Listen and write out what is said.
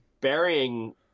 burying